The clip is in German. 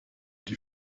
die